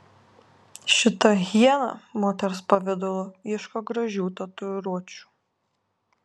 šita hiena moters pavidalu ieško gražių tatuiruočių